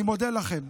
אני מודה לכם.